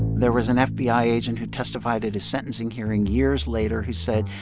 there was an fbi agent who testified at his sentencing hearing years later who said,